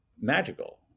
magical